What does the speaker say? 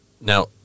now